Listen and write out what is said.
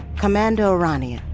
commander o'rania,